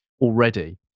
already